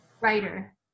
writer